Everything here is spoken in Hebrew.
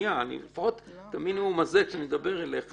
לפחות את המינימום הזה שאני מדבר אליך